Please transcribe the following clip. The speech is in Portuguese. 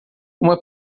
uma